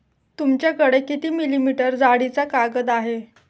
तुमच्याकडे किती मिलीमीटर जाडीचा कागद आहे?